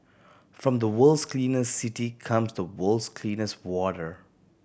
from the world's cleanest city comes the world's cleanest water